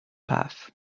path